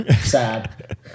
Sad